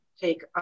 take